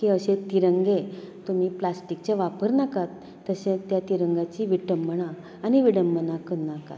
की अशें तिरंगे तुमी प्लास्टिकचे वापर नाकात तशेंच त्या तिरंगाची विटंबना आनी विडंबना करनाकात